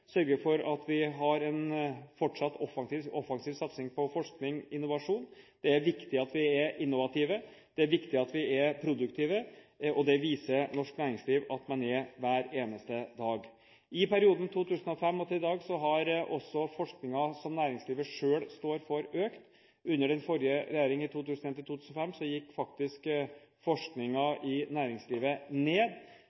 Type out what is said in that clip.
sørge for at vi har en fortsatt offensiv satsing på forskning og innovasjon. Det er viktig at vi er innovative, det er viktig at vi er produktive, og det viser norsk næringsliv at man er hver eneste dag. I perioden fra 2005 til i dag har også forskningen som næringslivet selv står for, økt. Under den forrige regjeringen, fra 2001 til 2005, gikk faktisk